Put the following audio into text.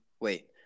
Wait